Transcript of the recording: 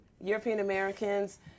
European-Americans